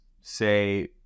say